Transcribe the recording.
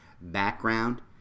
background